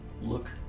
look